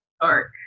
dark